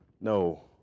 no